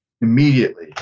immediately